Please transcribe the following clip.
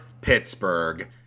Pittsburgh